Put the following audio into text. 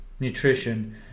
nutrition